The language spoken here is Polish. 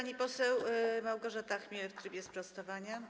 Pani poseł Małgorzata Chmiel w trybie sprostowania.